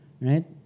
right